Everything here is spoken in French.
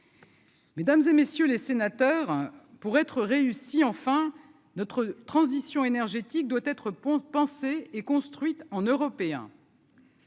Mesdames et messieurs les sénateurs, pour être réussi enfin notre transition énergétique doit être Pont pensée et construite en européen.